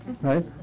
right